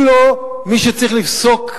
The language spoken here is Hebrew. הוא לא מי שצריך לפסוק,